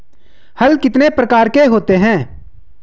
हल कितने प्रकार के होते हैं?